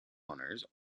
owners